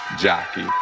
jockey